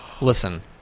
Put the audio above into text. Listen